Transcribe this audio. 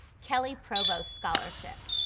kelley provost scholarship.